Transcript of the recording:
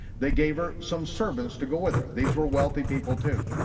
they gave her some servants to go with her, these were wealthy people too.